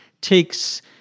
takes